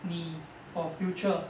你 for future